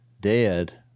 dead